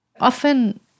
Often